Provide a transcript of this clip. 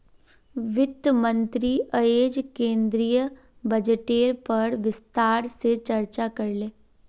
वित्त मंत्री अयेज केंद्रीय बजटेर पर विस्तार से चर्चा करले